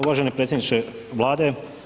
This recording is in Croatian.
Uvaženi predsjedniče Vlade.